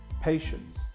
patience